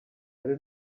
hari